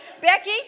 Becky